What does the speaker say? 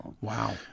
Wow